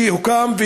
שהוקם,